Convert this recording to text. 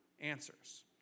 answers